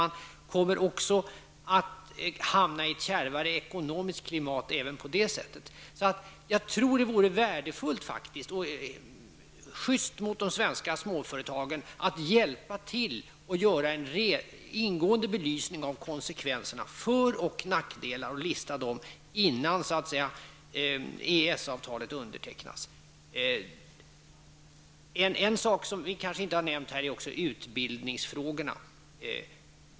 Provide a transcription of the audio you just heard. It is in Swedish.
Man kommer således att hamna i ett kärvare ekonomiskt klimat även på det sättet. Jag tror att det vore värdefullt och sjyst mot de svenska småföretagen att hjälpa till och göra en ingående belysning av konsekvenserna, för och nackdelar, och lista dem innan EES-avtalet undertecknas. Vi har här inte nämnt utbildningsfrågorna.